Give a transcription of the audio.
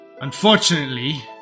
unfortunately